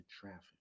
traffic